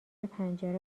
پنجره